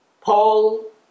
Paul